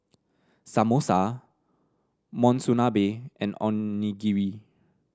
Samosa Monsunabe and Onigiri